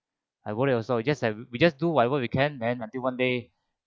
I worry also just have we just do whatever we can then until one day